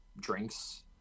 drinks